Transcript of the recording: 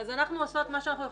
אז אנחנו עושות מה שאנחנו יכולות.